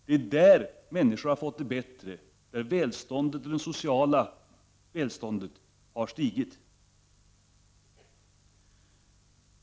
Det är där människorna har fått det bättre, där har välfärden och det sociala välståndet stigit.